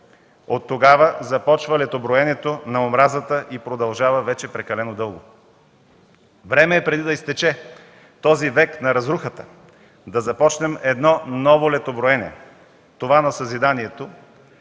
От тогава започва летоброенето на омразата и продължава вече прекалено дълго. Време е, преди да изтече този век на разрухата, да започнем едно ново летоброене – това, на съзиданието,